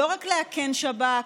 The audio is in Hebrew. לא רק לאכן שב"כ,